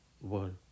world